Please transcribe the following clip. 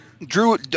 Drew